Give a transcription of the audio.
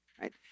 right